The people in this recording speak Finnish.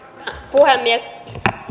puhemies